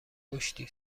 کشتی